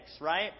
right